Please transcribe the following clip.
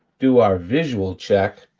do our visual check,